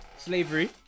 Slavery